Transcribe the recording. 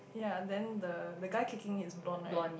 ya then the the guy kicking his bone right